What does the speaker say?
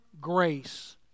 grace